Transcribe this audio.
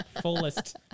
Fullest